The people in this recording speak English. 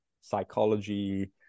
psychology